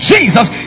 Jesus